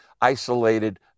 isolated